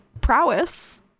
prowess